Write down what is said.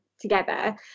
together